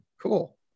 Cool